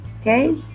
Okay